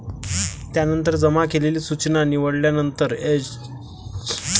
त्यानंतर जमा केलेली सूचना निवडल्यानंतर, एफ.डी पैसे काढण्याचे सूचना दिले